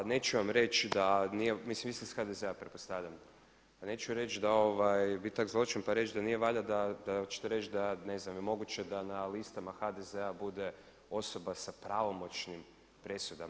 A neću vam reći da nije, mislim vi ste iz HDZ-a, pretpostavljam, a neću reći, biti tako zločest pa reći da nije valjda da ćete reći da, ne znam je moguće da na listama HDZ-a bude osoba sa pravomoćnim presudama.